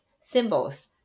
symbols